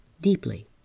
deeply